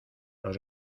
los